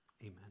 Amen